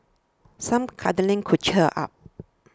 some cuddling could cheer her up